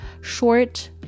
short